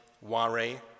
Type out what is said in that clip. worry